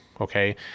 Okay